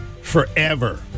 forever